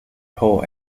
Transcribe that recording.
hole